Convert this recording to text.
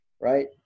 right